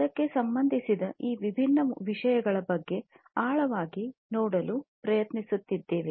ಅದಕ್ಕೆ ಸಂಬಂಧಿಸಿದ ಈ ವಿಭಿನ್ನ ವಿಷಯಗಳ ಬಗ್ಗೆ ಆಳವಾಗಿ ನೋಡಲು ಪ್ರಯತ್ನಿಸುತ್ತಿದ್ದೇವೆ